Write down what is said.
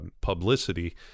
publicity